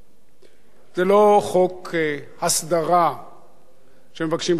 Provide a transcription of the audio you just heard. זה לא חוק הסדרה שמבקשים חברי כנסת להביא,